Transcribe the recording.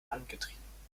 angetrieben